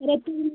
रेत्तू नै